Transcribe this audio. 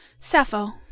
Sappho